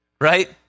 Right